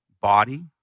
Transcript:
body